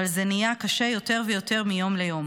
אבל זה נהיה קשה יותר ויותר מיום ליום.